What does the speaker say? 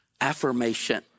Affirmation